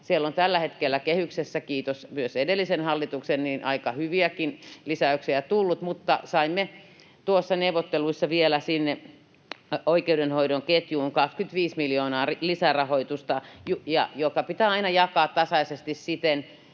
Sinne on tällä hetkellä kehykseen, kiitos myös edellisen hallituksen, aika hyviäkin lisäyksiä tullut, mutta saimme neuvotteluissa vielä sinne oikeudenhoidon ketjuun 25 miljoonaa lisärahoitusta, joka pitää aina jakaa tasaisesti siten,